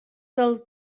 dels